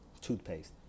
toothpaste